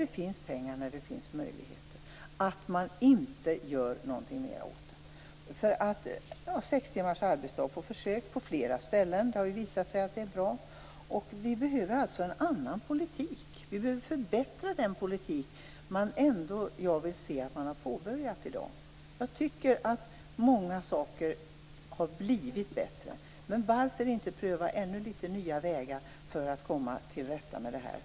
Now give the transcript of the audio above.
Det finns ju pengar, och det finns möjligheter. Varför gör man inte mer åt detta? Sex timmars arbetsdag skulle kunna införas på försök på fler ställen. Det har ju visat sig att det är bra. Vi behöver en annan politik. Vi behöver förbättra den politik som jag ändå vill se att man har påbörjat i dag. Jag tycker att många saker har blivit bättre. Men varför inte pröva ännu litet nya vägar för att komma till rätta med detta?